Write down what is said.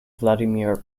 vladimir